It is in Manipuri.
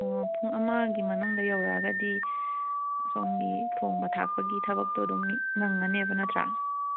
ꯑꯣ ꯄꯨꯡ ꯑꯃꯒꯤ ꯃꯅꯨꯡꯗ ꯌꯧꯔꯛꯑꯒꯗꯤ ꯁꯣꯝꯒꯤ ꯊꯣꯡꯕ ꯊꯥꯛꯄꯒꯤ ꯊꯕꯛꯇꯨ ꯑꯗꯨꯝ ꯅꯪꯒꯅꯦꯕ ꯅꯠꯇ꯭ꯔꯥ